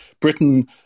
britain